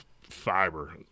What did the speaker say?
fiber